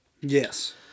Yes